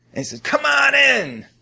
and so come on in!